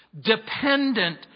dependent